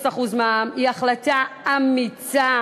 0% מע"מ, היא החלטה אמיצה.